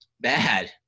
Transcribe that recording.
bad